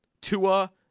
Tua